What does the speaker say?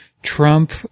Trump